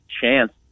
chance